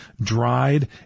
dried